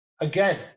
again